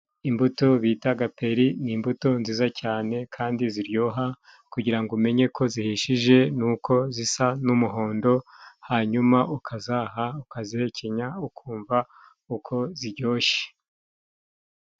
Imbuto bita gaperi ni imbuto nziza cyane kandi ziryoha, kugirango umenye ko zihishije, nuko zisa n'umuhondo hanyuma ukazaha ukazihekenya ukumva uko zijyoshe.